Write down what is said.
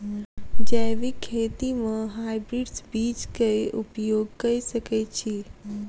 जैविक खेती म हायब्रिडस बीज कऽ उपयोग कऽ सकैय छी?